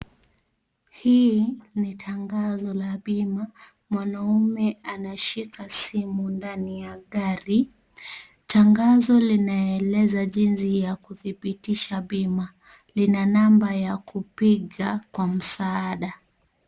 Hii ni tangazo la bima. Mwanaume anashika simu ndani ya gari. Tangazo linaeleza jinsi ya kudhibitisha bima. Lina namba ya kupiga kwa msaada.